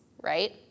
right